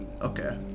okay